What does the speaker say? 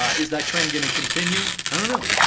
is that trend going to continue? i don't know.